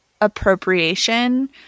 appropriation